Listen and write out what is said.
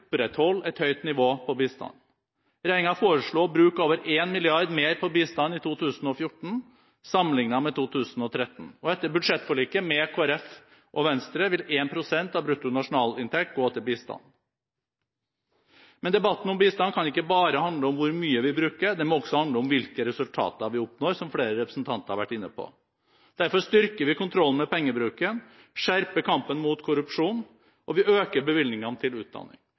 et høyt nivå på bistanden. Regjeringen foreslår å bruke over 1 mrd. kr mer på bistand i 2014 sammenlignet med 2013, og etter budsjettforliket med Kristelig Folkeparti og Venstre vil 1 pst. av brutto nasjonalinntekt gå til bistand. Men debatten om bistand kan ikke bare handle om hvor mye vi bruker, den må også handle om hvilke resultater vi oppnår, som flere representanter har vært inne på. Derfor styrker vi kontrollen med pengebruken, skjerper kampen mot korrupsjon, og vi øker bevilgningene til utdanning.